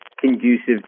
conducive